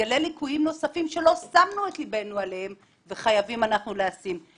נגלה ליקויים נוספים שלא שמנו לב אליהם ואנחנו חייבים לשים אליהם לב.